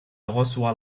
reçoit